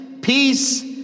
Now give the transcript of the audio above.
peace